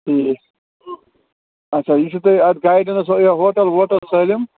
ٹھیٖک اچھا یہِ چھُو تۄہہِ اَتھ گایڈَنٕس یہِ ہوٹَل ووٹَل سٲلِم